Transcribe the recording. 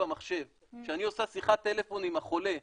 במחשב כשאני עושה שיחת טלפון עם החולה,